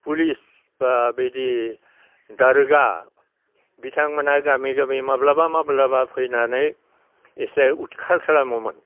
police बा बेबायदि दार'गा बिथांमोना गामि गामि माब्लाबा माब्लाबा फैनानै एसे उदखार खालामोमोन